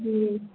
हूँह